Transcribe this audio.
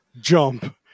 jump